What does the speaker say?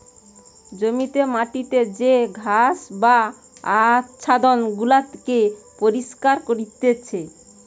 জমিতে মাটিতে যে ঘাস বা আচ্ছাদন গুলাকে পরিষ্কার করতিছে